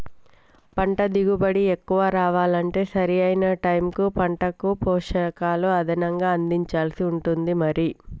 పంట దిగుబడి ఎక్కువ రావాలంటే సరి అయిన టైముకు పంటకు పోషకాలు అదనంగా అందించాల్సి ఉంటది మరి